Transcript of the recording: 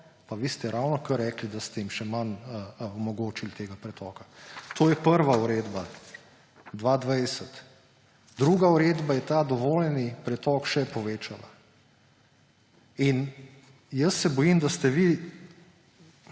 pa vi ste ravnokar rekli, da ste jim še manj omogočili tega pretoka. To je prva uredba, 2020. Druga uredba je ta dovoljeni pretok še povečala in jaz se bojim, da ste vi